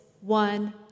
one